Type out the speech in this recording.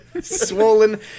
swollen